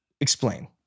Explain